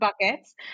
buckets